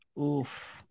Oof